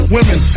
Women